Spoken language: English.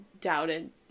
doubted